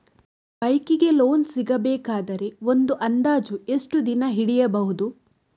Bike ಗೆ loan ಸಿಗಬೇಕಾದರೆ ಒಂದು ಅಂದಾಜು ಎಷ್ಟು ದಿನ ಹಿಡಿಯಬಹುದು?